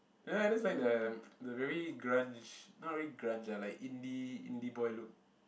ya I just like the the very grunge not really grunge ah like indie indie boy look